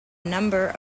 number